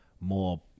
more